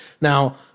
Now